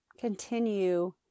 Continue